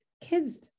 kids